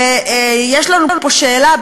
ויש לנו פה שאלה,